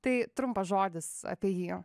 tai trumpas žodis apie jį